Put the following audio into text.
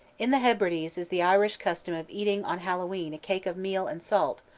in the hebrides is the irish custom of eating on hallowe'en a cake of meal and salt,